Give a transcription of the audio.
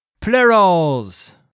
Plurals